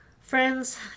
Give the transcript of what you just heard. Friends